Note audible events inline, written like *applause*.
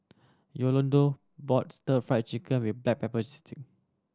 Yolonda bought Stir Fry Chicken with black pepper *unintelligible*